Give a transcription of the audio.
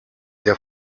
der